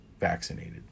vaccinated